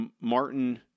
Martin